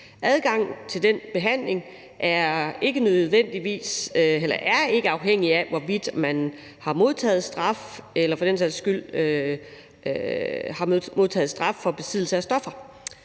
Adgang til den behandling er ikke afhængig af, hvorvidt man har modtaget straf, heller ikke for besiddelse af stoffer.